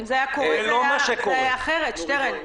אם זה היה קורה, זה היה אחרת, שטרן.